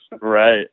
Right